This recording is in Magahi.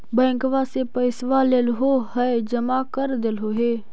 बैंकवा से पैसवा लेलहो है जमा कर देलहो हे?